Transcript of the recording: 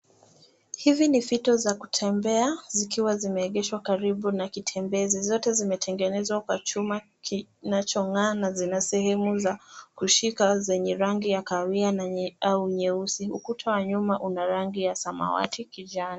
Hivi ni fito za kutembea zikiwa zimeegeshwa karibu na kitembezi zote zimetengenezwa kwa chuma kinachongaa na zina sehemu za kushika zenye rangi ya kahawia au nyeusi ukuta wa nyuma una rangi ya samawati kijani.